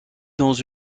dans